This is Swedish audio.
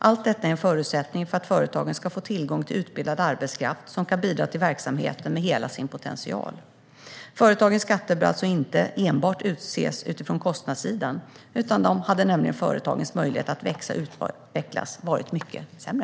Allt detta är en förutsättning för att företagen ska få tillgång till utbildad arbetskraft, som kan bidra till verksamheten med hela sin potential. Företagens skatter bör alltså inte enbart ses utifrån kostnadssidan. Utan dem hade nämligen företagens möjligheter att växa och utvecklas varit mycket sämre.